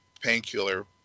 painkiller